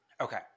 Okay